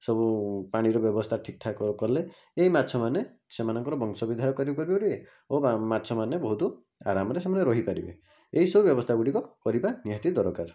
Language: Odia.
ସବୁ ପାଣିର ବ୍ୟବସ୍ଥା ଠିକ୍ଠାକ୍ କଲେ ଏହି ମାଛମାନେ ସେମାନଙ୍କର ବଂଶବିସ୍ତାର କରିପାରିବେ ଓ ମାଛମାନେ ବହୁତ ଆରାମରେ ସେମାନେ ରହିପାରିବେ ଏହିସବୁ ବ୍ୟବସ୍ଥାଗୁଡିକ କରିବା ନିହାତି ଦରକାର